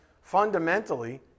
fundamentally